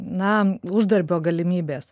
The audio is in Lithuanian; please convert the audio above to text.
na uždarbio galimybės